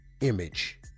image